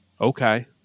okay